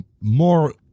more